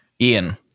Ian